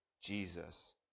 Jesus